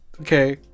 Okay